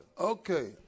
Okay